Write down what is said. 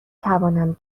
توانم